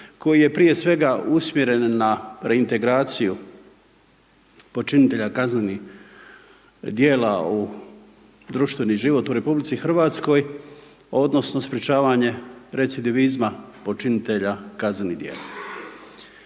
koji je prije svega usmjerena na reintegraciju počinitelja kaznenih djela u društveni život u RH odnosno sprječavanje recidivizma počinitelja kaznenih djela.